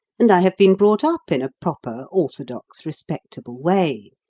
and i have been brought up in a proper, orthodox, respectable way,